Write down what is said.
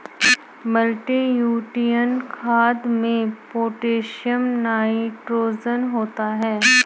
multinutrient खाद में potassium nitrogen होता है